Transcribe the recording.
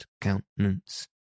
countenance